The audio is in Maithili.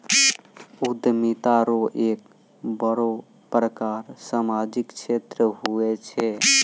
उद्यमिता रो एक बड़ो प्रकार सामाजिक क्षेत्र हुये छै